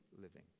living